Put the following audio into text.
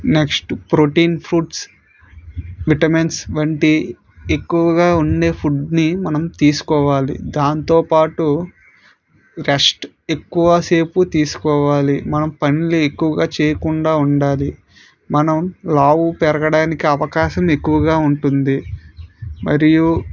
next protein foods vitamins వంటివి ఎక్కువగా ఉండే ఫుడ్ని మనం తీసుకోవాలి దాంతో పాటు రెస్ట్ ఎక్కువసేపు తీసుకోవాలి మనం పనులు ఎక్కువగా చేయకుండా ఉండాలి మనం లావు పెరగడానికి అవకాశం ఎక్కువగా ఉంటుంది మరియు